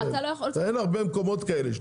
אין הרבה מקומות כאלה.